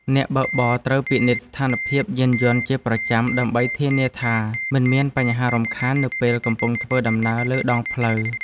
អ្នកបើកបរត្រូវពិនិត្យស្ថានភាពយានយន្តជាប្រចាំដើម្បីធានាថាមិនមានបញ្ហារំខាននៅពេលកំពុងធ្វើដំណើរលើដងផ្លូវ។